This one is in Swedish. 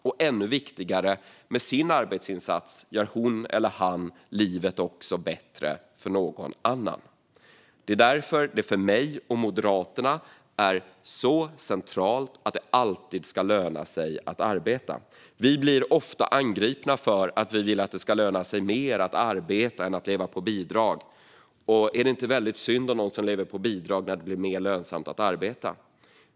Och ännu viktigare: Med sin arbetsinsats gör hon eller han livet bättre för någon annan. Det är därför det är centralt för mig och Moderaterna att det alltid ska löna sig att arbeta. Vi blir ofta angripna för att vi vill att det ska löna sig mer att arbeta än att leva på bidrag, och är det inte väldigt synd om dem som lever på bidrag när det blir mer lönsamt att arbeta?